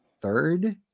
third